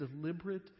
deliberate